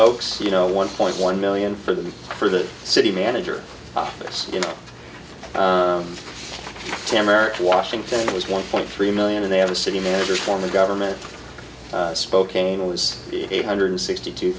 oaks you know one point one million for the for the city manager office to america washington was one point three million and they have a city manager form of government spokane was eight hundred sixty two